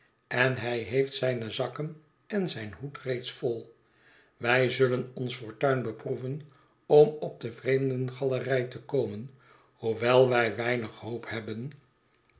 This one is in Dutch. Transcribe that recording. en hij heeft zijne zakken en zijn hoed reeds vol wij zullen ons fortuin beproeven om op de vreemdengalerij te komen hoewel wij weinig hoop hebben